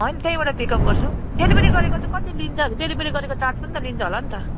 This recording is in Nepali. होइन त्यहीँबाट पिकअप गर्छु डेलिभेरी गरेको चाहिँ कति लिन्छ डेलिभेरी गरेको चार्ज पनि त लिन्छ होला नि त